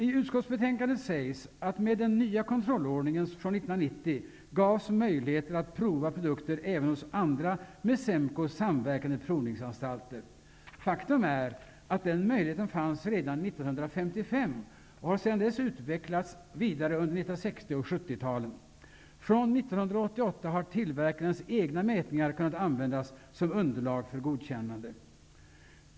I utskottsbetänkandet sägs att med den nya kontrollordningen från 1990 gavs möjligheter att prova produkter även hos andra med SEMKO samverkande provningsanstalter. Faktum är att den möjligheten fanns redan 1955, och att den sedan dess har utvecklats vidare under 1960 och 1970-talen. Från 1988 har tillverkarens egna mätningar kunnat användas som underlag för godkännande.